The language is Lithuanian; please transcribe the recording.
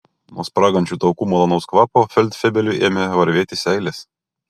nuo spragančių taukų malonaus kvapo feldfebeliui ėmė varvėti seilės